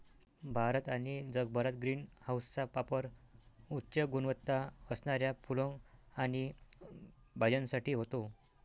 भारत आणि जगभरात ग्रीन हाऊसचा पापर उच्च गुणवत्ता असणाऱ्या फुलं आणि भाज्यांसाठी होतो